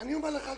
אני אומר לכם,